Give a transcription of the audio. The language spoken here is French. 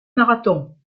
marathon